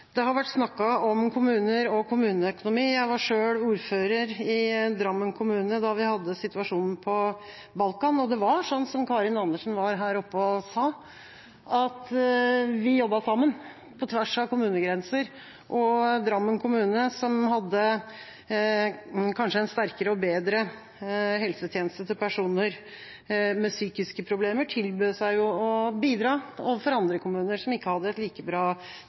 Det har vært snakket om kommuner og kommuneøkonomi. Jeg var selv ordfører i Drammen kommune da vi hadde situasjonen på Balkan, og det var sånn som Karin Andersen sa fra talerstolen, at vi jobbet sammen på tvers av kommunegrenser. Drammen kommune, som kanskje hadde en sterkere og bedre helsetjeneste for personer med psykiske problemer, tilbød seg å bidra overfor andre kommuner som ikke hadde et like bra